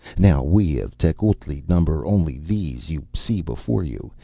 now we of tecuhltli number only these you see before you,